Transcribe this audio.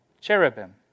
cherubim